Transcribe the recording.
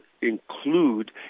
include